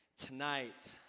Tonight